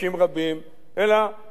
אלא בזמן קצר,